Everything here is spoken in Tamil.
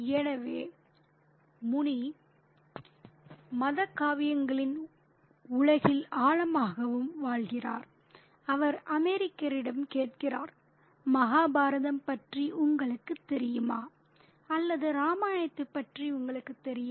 எனவே முனி மத காவியங்களின் உலகில் ஆழமாகவும் வாழ்கிறார் அவர் அமெரிக்கரிடம் கேட்கிறார் மகாபாரதம் பற்றி உங்களுக்குத் தெரியுமா அல்லது ராமாயணத்தைப் பற்றி உங்களுக்குத் தெரியுமா